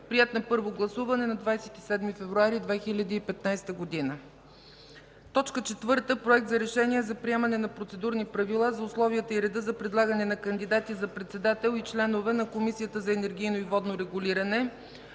Приет на първо гласуване на 27 февруари 2015 г. 4. Проект за решение за приемане на процедурни правила за условията и реда за предлагане на кандидати за председател и членове на Комисията за енергийно и водно регулиране,